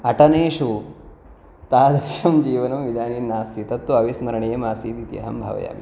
अटनेषु तादृशं जीवनम् इदानीं नास्ति तत् तु अविस्मर्णीयम् आसीत् इति अहं भावयामि